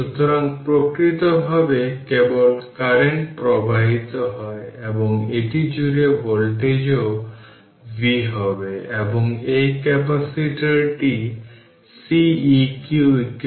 সুতরাং প্রাকৃতিকভাবে কেবল কারেন্ট প্রবাহিত হয় এবং এটি জুড়ে ভোল্টেজও v হবে এবং এই ক্যাপাসিটরটি Ceq ইকুইভ্যালেন্ট সার্কিট